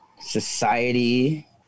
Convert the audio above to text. society